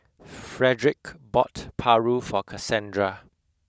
Fredric bought Paru for Cassandra